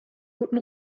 guten